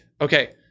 okay